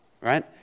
right